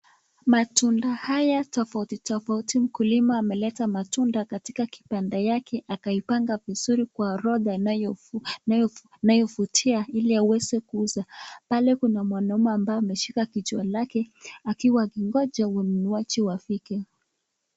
Matunda haya tofauti tofauti , mkulima ameleta matunda katika kibanda yake akaipanga vizuri Kwa orodha inayovutia ili aweze kuuza. Pale kuna mwanaume ambaye ameshika kichwa lake akiwa akingoja wanunuaji wafike.